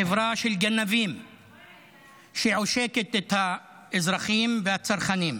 חברה של גנבים שעושקת את האזרחים והצרכנים.